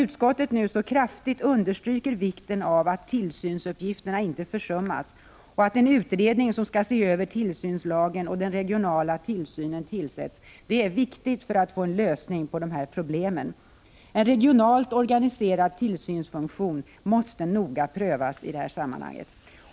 Utskottet understryker nu mycket kraftigt vikten av att tillsynsuppgifterna inte försummas och förordar att en utredning som skall se över tillsynslagen och den regionala tillsynen tillsätts, vilket är väsentligt för att man skall kunna få en lösning på dessa problem. En regionalt organiserad tillsynsfunktion måste noga prövas i det här sammanhanget.